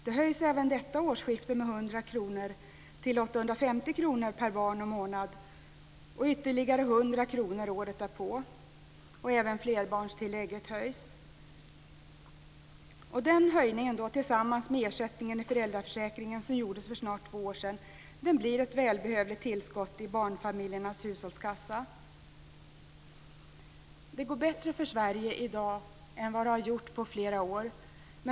Det höjs även detta årsskifte med 100 100 kr året därpå. Även flerbarnstillägget höjs. Den höjningen, tillsammans med den höjning av ersättningen i föräldraförsäkringen som gjordes för snart två år sedan, blir ett välbehövligt tillskott i barnfamiljernas hushållskassa. Det går bättre för Sverige i dag än vad det har gjort på flera år.